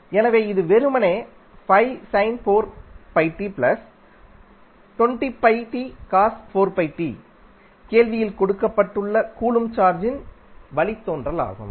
எனவே இது வெறுமனேகேள்வியில் கொடுக்கப்பட்ட கூலொம்ப் சார்ஜின் வழித்தோன்றல் ஆகும்